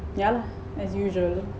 ya lah as usual